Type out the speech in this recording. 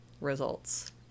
results